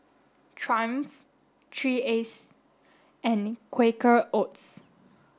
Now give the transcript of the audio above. triumph three and Quaker Oats